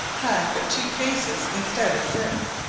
had but two cases instead of six.